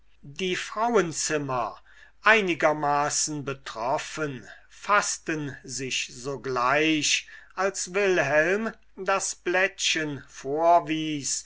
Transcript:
die frauenzimmer einigermaßen betroffen faßten sich sogleich als wilhelm das blättchen vorwies